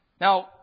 Now